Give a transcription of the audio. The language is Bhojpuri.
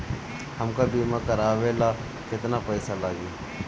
हमका बीमा करावे ला केतना पईसा लागी?